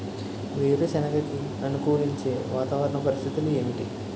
వేరుసెనగ కి అనుకూలించే వాతావరణ పరిస్థితులు ఏమిటి?